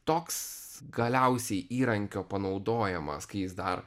toks galiausiai įrankio panaudojimas kai jis dar